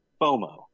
FOMO